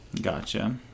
Gotcha